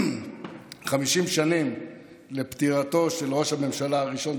50 שנים לפטירתו של ראש הממשלה הראשון,